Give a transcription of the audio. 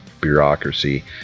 bureaucracy